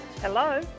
Hello